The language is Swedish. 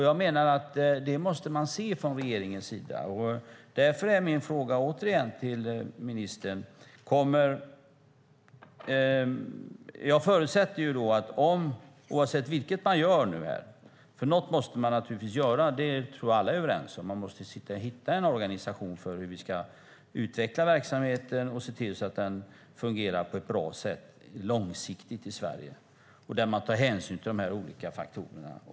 Jag menar att regeringen måste se det. Något måste man naturligtvis göra. Det tror jag att alla är överens om. Man måste hitta en organisation för hur vi ska utveckla verksamheten och se till att den långsiktigt fungerar på ett bra sätt i Sverige. Där måste man ta hänsyn till de här olika faktorerna.